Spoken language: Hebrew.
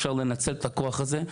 אפשר לנצל את הכוח הזה,